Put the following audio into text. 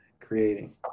creating